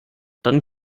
dann